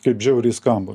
kaip žiauriai skamba